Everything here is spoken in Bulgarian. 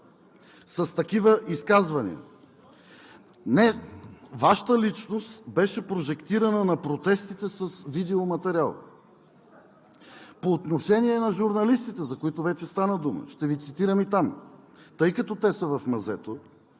Цвета Караянчева.) Не, Вашата личност беше прожектирана на протестите с видеоматериал. По отношение на журналистите, за които вече стана дума, ще Ви цитирам и там. Тъй като те са в мазето,